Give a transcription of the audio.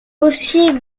aussi